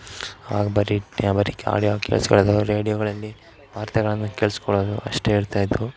ಅವಾಗ ಬರೀ ಬರೋಕೆ ಆಡ್ಯೋ ಕೇಳಿಸ್ಕೊಳ್ಳೋದು ರೇಡಿಯೋಗಳಲ್ಲಿ ವಾರ್ತೆಗಳನ್ನು ಕೇಳಿಸ್ಕೊಳ್ಳೋದು ಅಷ್ಟೇ ಇರ್ತಾಯಿದ್ದವು